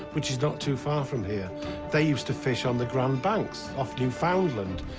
which is not too far from here they used to fish on the grand banks off newfoundland.